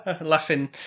laughing